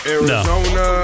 Arizona